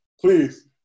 please